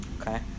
okay